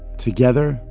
together,